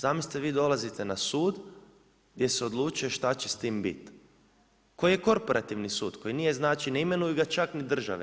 Zamislite vi dolazite na sud gdje se odlučuje šta će s tim bit koji je korporativni sud, koji nije, znači ne imenuju ga čak ni države.